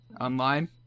online